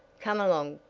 come along,